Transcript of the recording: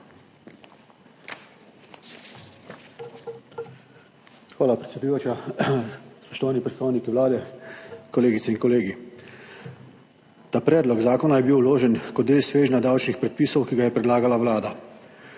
Hvala, predsedujoča. Spoštovani predstavniki Vlade, kolegice in kolegi! Ta predlog zakona je bil vložen kot del svežnja davčnih predpisov, ki ga je predlagala Vlada.